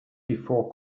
before